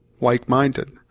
like-minded